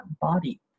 body